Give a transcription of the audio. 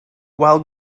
while